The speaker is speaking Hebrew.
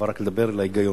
אבל רק לדבר על ההיגיון